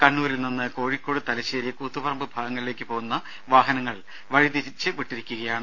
കണ്ണൂരിൽ നിന്ന് കോഴിക്കോട് തലശ്ശേരി കൂത്തുപറമ്പ് ഭാഗങ്ങളിലേക്ക് പോകുന്ന വാഹനങ്ങൾ വഴിതിരിച്ചു വിട്ടിരിക്കുകയാണ്